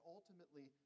Ultimately